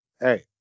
hey